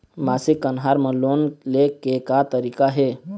मासिक कन्हार म लोन ले के का तरीका हे?